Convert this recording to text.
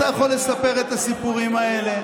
אתה יכול לספר את הסיפורים האלה.